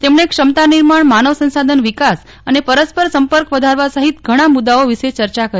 તેમણે ક્ષમતા નિર્માણ માનવ સંસાધન વિકાસ અને પરસ્પર સંપર્ક વધારવા સહિત ઘણાં મુદ્દાઓ વિષે ચર્ચા કરી